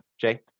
jay